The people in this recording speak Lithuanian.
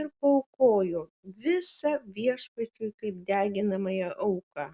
ir paaukojo visą viešpačiui kaip deginamąją auką